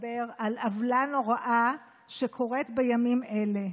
לדבר על עוולה נוראה שקורית בימים אלה,